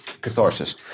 Catharsis